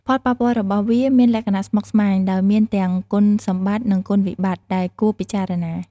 ផលប៉ះពាល់របស់វាមានលក្ខណៈស្មុគស្មាញ ដោយមានទាំង គុណសម្បត្តិ និងគុណវិបត្តិ ដែលគួរពិចារណា។